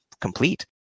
complete